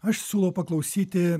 aš siūlau paklausyti